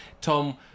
Tom